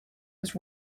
was